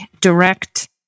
direct